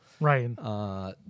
right